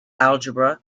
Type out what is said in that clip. algebra